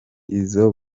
izo